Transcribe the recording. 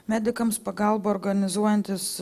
medikams pagalbą organizuojantis